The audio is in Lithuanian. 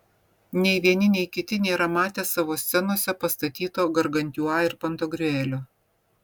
nei vieni nei kiti nėra matę savo scenose pastatyto gargantiua ir pantagriuelio